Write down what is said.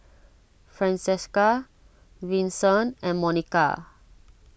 Francesca Vincent and Monika